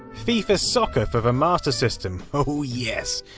fifa soccer for the master system, oh yes.